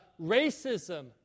racism